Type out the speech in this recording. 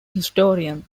historian